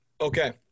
Okay